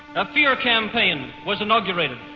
a fear campaign was inaugurated.